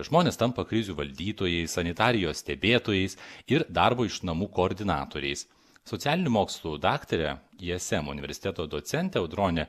žmonės tampa krizių valdytojai sanitarijos stebėtojais ir darbo iš namų koordinatoriais socialinių mokslų daktarę ism universiteto docentė audronė